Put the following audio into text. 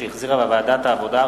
שהחזירה ועדת העבודה,